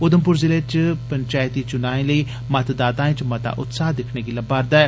उधमप्र जिले च पंचैती च्नायें लेई मतदातायें च मता उत्साह दिक्खने गी थ्होआरदा ऐ